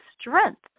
strength